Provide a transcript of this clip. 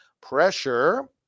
pressure